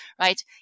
right